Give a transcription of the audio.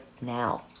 now